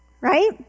Right